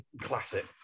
Classic